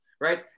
right